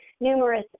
numerous